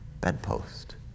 bedpost